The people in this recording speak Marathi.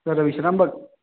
सर विश्रामबाग